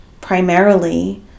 primarily